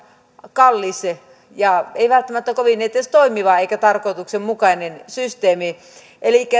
kallis eikä välttämättä edes kovin toimiva eikä tarkoituksenmukainen systeemi elikkä